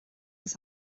oes